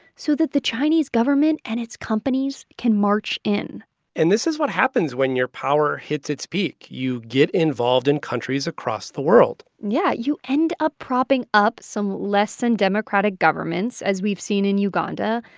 so that the chinese government and its companies can march in and this is what happens when your power hits its peak. you get involved in countries across the world yeah. you end up propping up some less than democratic governments, as we've seen in uganda,